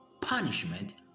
punishment